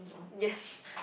yes